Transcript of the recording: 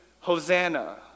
Hosanna